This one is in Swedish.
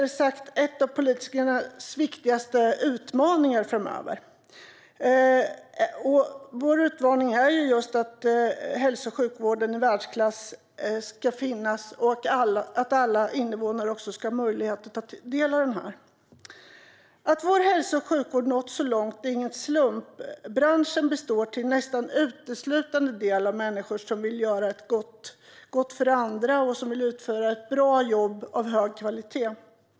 En av politikens viktigaste utmaningar framöver är rättare sagt just att det ska finnas en hälso och sjukvård i världsklass, och att alla invånare ska ha möjlighet att ta del av den. Det är ingen slump att vår hälso och sjukvård har nått så långt. Branschen består nästan uteslutande av människor som vill göra gott för andra och utföra ett jobb som håller hög kvalitet.